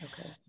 okay